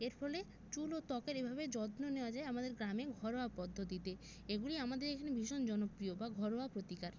এর ফলে চুল ও ত্বকের এভাবে যত্ন নেওয়া যায় আমাদের গ্রামে ঘরোয়া পদ্ধতিতে এগুলি আমাদের এখানে ভীষণ জনপ্রিয় বা ঘরোয়া প্রতিকার